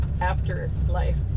afterlife